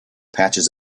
patches